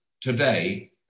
today